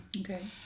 okay